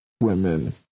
women